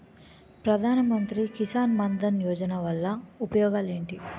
ప్రధాన మంత్రి కిసాన్ మన్ ధన్ యోజన వల్ల ఉపయోగాలు ఏంటి?